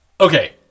Okay